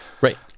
Right